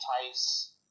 entice